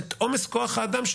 איך אתה מרשה לה?